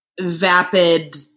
vapid